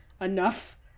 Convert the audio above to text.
enough